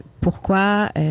pourquoi